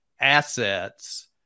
assets